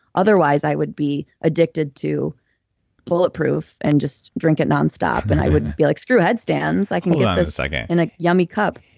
otherwise, i would be addicted to bulletproof and just drink it nonstop, and i would be like, screw headstands. i can get this in a yummy cup.